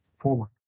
forward